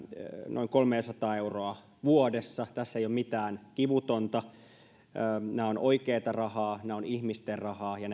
noin kolmeasataa euroa vuodessa tässä ei ole mitään kivutonta nämä ovat oikeata rahaa nämä ovat ihmisten rahaa ja